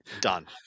done